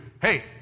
Hey